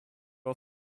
are